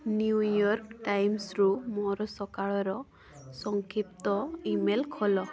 New York ଟାଇମ୍ରୁ ମୋର ସକାଳର ସଂକ୍ଷିପ୍ତ ଇମେଲ ଖୋଲ